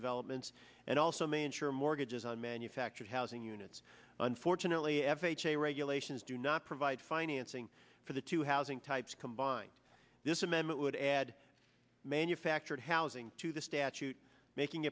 development and also may insure mortgages on manufactured housing units unfortunately f h a regulations do not provide financing for the two housing types combine this amendment would add manufactured housing to the statute making